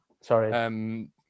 Sorry